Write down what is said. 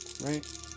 Right